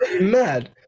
mad